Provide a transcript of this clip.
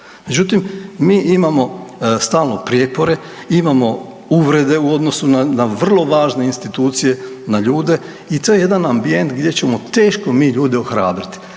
Međutim, mi imamo stalno prijepore, imamo uvrede u odnosu na vrlo važne institucije na ljude i to je jedan ambijent gdje ćemo teško mi ljude ohrabriti